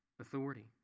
authority